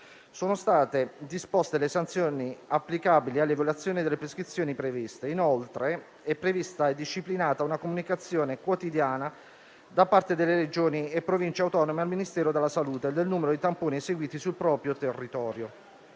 Sono state quindi disposte le sanzioni applicabili alla violazione delle prescrizioni previste. Inoltre, è prevista e disciplinata una comunicazione quotidiana da parte delle Regioni e delle Province autonome al Ministero della salute del numero dei tamponi eseguiti sul proprio territorio.